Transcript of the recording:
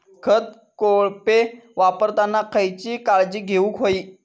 खत कोळपे वापरताना खयची काळजी घेऊक व्हयी?